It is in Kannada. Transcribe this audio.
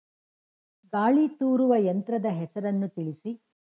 ಗಾಳಿ ತೂರುವ ಯಂತ್ರದ ಹೆಸರನ್ನು ತಿಳಿಸಿ?